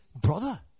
brother